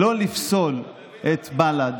שלא לפסול את בל"ד,